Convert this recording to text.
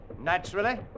Naturally